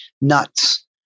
nuts